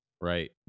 Right